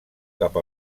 cap